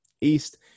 East